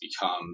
become